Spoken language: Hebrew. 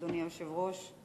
אדוני היושב-ראש.